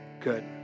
good